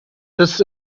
this